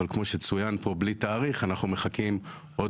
אבל כמו שצוין פה בלי תאריך אנחנו מחכים עוד